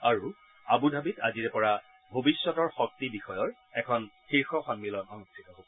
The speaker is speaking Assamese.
আৰু আবু ধাবিত আজিৰে পৰা ভৱিষ্যতৰ শক্তি বিষয়ৰ এখন শীৰ্ষ সম্মিলন অনুষ্ঠিত হব